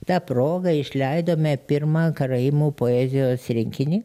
ta proga išleidome pirmą karaimų poezijos rinkinį